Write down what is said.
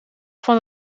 van